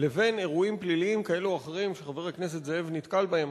לבין אירועים פליליים כאלה או אחרים שחבר הכנסת זאב נתקל בהם,